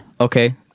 Okay